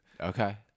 Okay